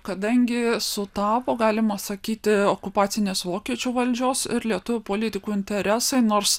kadangi sutapo galima sakyti okupacinės vokiečių valdžios ir lietuvių politikų interesai nors